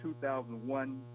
2001